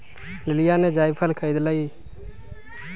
लिलीया ने जायफल खरीद लय